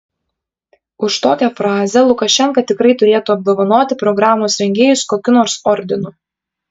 už tokią frazę lukašenka tikrai turėtų apdovanoti programos rengėjus kokiu nors ordinu